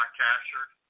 captured